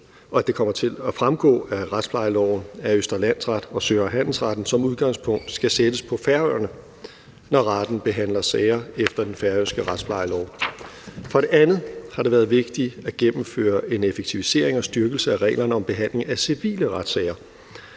og at det kommer til at fremgå af retsplejeloven, at Østre Landsret og Sø- og Handelsretten som udgangspunkt skal sættes på Færøerne, når retten behandler sager efter den færøske retsplejelov. For det andet har det været vigtigt at gennemføre en effektivisering og styrkelse af reglerne om behandling af civile retssager.